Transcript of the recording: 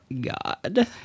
god